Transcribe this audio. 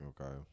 Okay